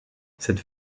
cette